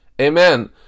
Amen